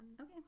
Okay